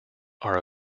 are